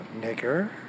nigger